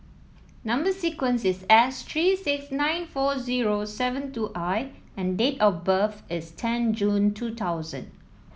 number sequence is S three six nine four zero seven two I and date of birth is ten June two thousand